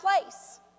place